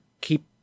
keep